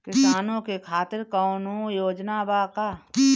किसानों के खातिर कौनो योजना बा का?